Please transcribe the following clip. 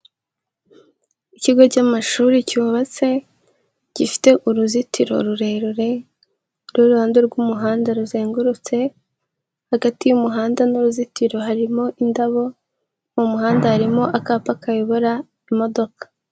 Ikigo cy'amashuri cyubatse gifite uruzitiro rure rure ruri iruhande rw'umuhanda ruzengurutse, hagati y'umuhanda n'uruzitiro harimo indabo, mu muhanda harimo akapa kayobora imodoka.